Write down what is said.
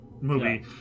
movie